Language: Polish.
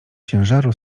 ciężaru